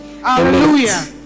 Hallelujah